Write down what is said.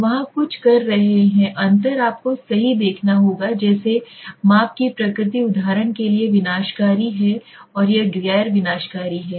तो वहाँ कुछ कर रहे हैं अंतर आपको सही देखना होगा जैसे माप की प्रकृति उदाहरण के लिए विनाशकारी है और यह गैर विनाशकारी है